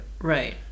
right